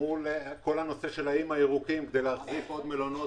עם כל הנושא של האיים הירוקים כדי להחזיק את המלונות